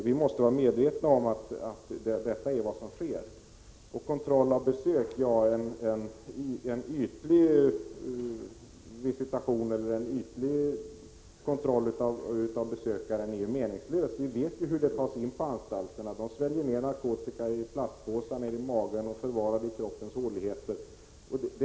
Vi måste vara medvetna om att detta är vad som sker. En ytlig visitation eller kontroll av besökare är meningslös. Vi vet ju hur narkotikan tas in på anstalterna. Plastpåsar med narkotika sväljs ned i magen och förvaras i kroppens håligheter.